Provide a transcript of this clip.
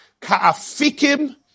Ka'afikim